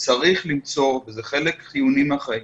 וצריך למצוא, וזה חלק חיוני מהחיים,